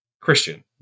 Christian